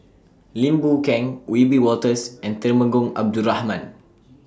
Lim Boon Keng Wiebe Wolters and Temenggong Abdul Rahman